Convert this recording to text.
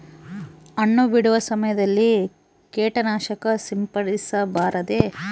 ಹಣ್ಣು ಬಿಡುವ ಸಮಯದಲ್ಲಿ ಕೇಟನಾಶಕ ಸಿಂಪಡಿಸಬಾರದೆ?